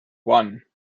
one